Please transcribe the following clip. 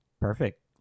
perfect